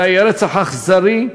זה היה רצח אכזרי,